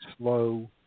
slow